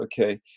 okay